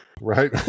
Right